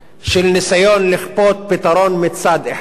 של ניסיון לכפות פתרון מצד אחד.